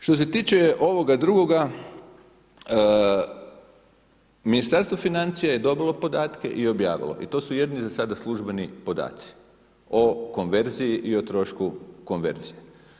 Što se tiče ovoga drugoga, Ministarstvo financija je dobilo podatke i objavilo i to su jedini za sada službeni podaci o konverziji i o trošku konverzije.